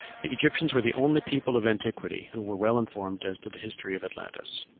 the egyptians were the only people of antiquity who were well-informed as to the history of atlantis.